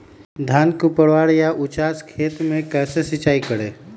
धान के ऊपरवार या उचास खेत मे कैसे सिंचाई करें?